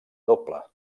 doble